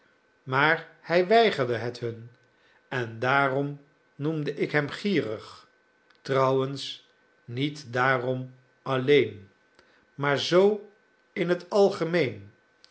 maar hij weigerde het hun en daarom noemde ik hem gierig trouwens niet daarom alleen maar zoo in het algemeen